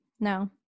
No